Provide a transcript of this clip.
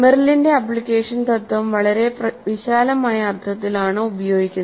മെറിലിന്റെ ആപ്ലിക്കേഷൻ തത്വം വളരെ വിശാലമായ അർത്ഥത്തിലാണ് ഉപയോഗിക്കുന്നത്